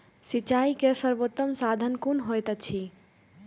सिंचाई के सर्वोत्तम साधन कुन होएत अछि?